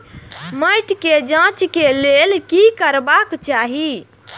मैट के जांच के लेल कि करबाक चाही?